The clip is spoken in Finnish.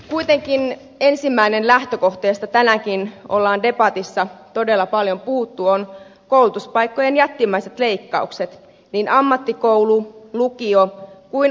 kuitenkin ensimmäinen lähtökohta josta tänäänkin on debatissa todella paljon puhuttu on koulutuspaikkojen jättimäiset leikkaukset niin ammattikoulu lukio kuin ammattikorkeakoulutuksestakin